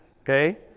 okay